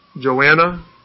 Joanna